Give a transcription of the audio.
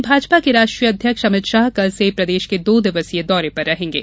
वहीं भाजपा के राष्ट्रीय अध्यक्ष अमित शाह कल से प्रदेश के दो दिवसीय दौरे पर रहेंगे